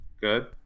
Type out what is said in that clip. Good